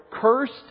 cursed